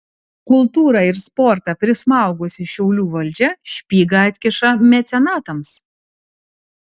kultūrą ir sportą prismaugusi šiaulių valdžia špygą atkiša mecenatams